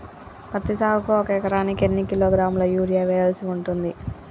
పత్తి సాగుకు ఒక ఎకరానికి ఎన్ని కిలోగ్రాముల యూరియా వెయ్యాల్సి ఉంటది?